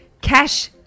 Cash